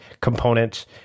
components